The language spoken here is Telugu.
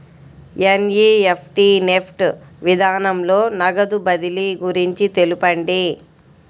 ఎన్.ఈ.ఎఫ్.టీ నెఫ్ట్ విధానంలో నగదు బదిలీ గురించి తెలుపండి?